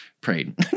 prayed